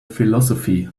philosophy